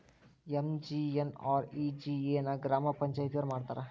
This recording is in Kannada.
ಎಂ.ಜಿ.ಎನ್.ಆರ್.ಇ.ಜಿ.ಎ ನ ಗ್ರಾಮ ಪಂಚಾಯತಿಯೊರ ಮಾಡ್ತಾರಾ?